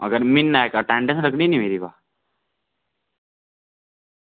अगर म्हीना इक्क अटेंडेंस लग्गनी निं मेरी बा